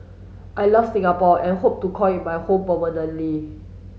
I love Singapore and hope to call it my home permanently